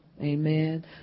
Amen